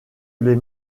les